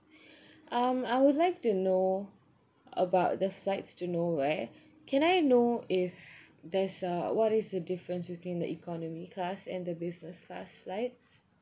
um I would like to know about the flights to nowhere can I know if there's a what is the difference between the economy class and the business class flights